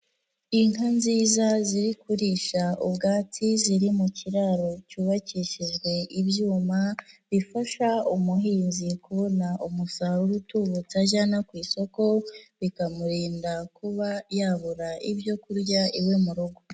Inka nziza ziri kurisha ubwatsi ziri mu kiraro cyubakishijwe ibyuma, bifasha umuhinzi kubona umusaruro utubutse ajyana ku isoko, bikamurinda kuba yabura ibyo kurya iwe mu rugo.